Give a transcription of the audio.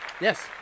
Yes